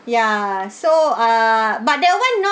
ya so uh but that one not